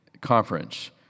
conference